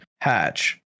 hatch